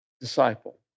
disciple